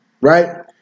right